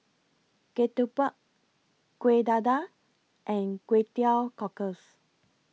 Ketupat Kueh Dadar and Kway Teow Cockles